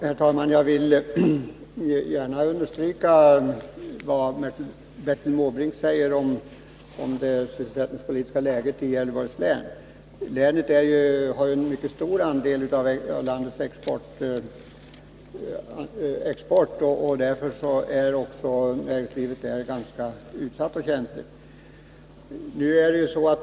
Herr talman! Jag vill gärna understryka vad Bertil Måbrink säger om det sysselsättningspolitiska läget i Gävleborgs län. Länet har en mycket stor andel av landets export, och därför är näringslivet där mycket känsligt.